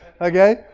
Okay